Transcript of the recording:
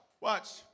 watch